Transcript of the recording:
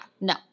no